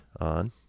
on